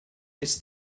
ist